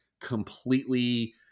completely